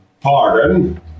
Pardon